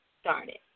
started